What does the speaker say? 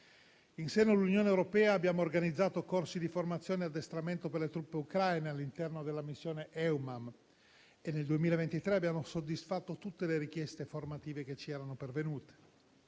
In seno all'Unione europea abbiamo organizzato corsi di formazione e addestramento per le truppe ucraine, all'interno della missione EUMAM, e nel 2023 abbiamo soddisfatto tutte le richieste formative che ci sono pervenute.